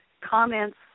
comments